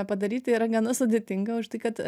padaryti yra gana sudėtinga už tai kad